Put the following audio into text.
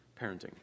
parenting